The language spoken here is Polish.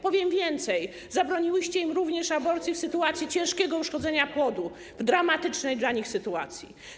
Powiem więcej, zabroniliście im również aborcji w sytuacji ciężkiego uszkodzenia płodu, w dramatycznej dla nich sytuacji.